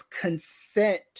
consent